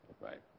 right